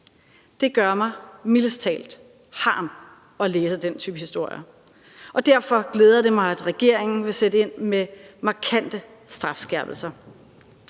Det gør mig mildest talt harm at høre den type historier. Derfor glæder det mig, at regeringen vil sætte ind med markante strafskærpelser.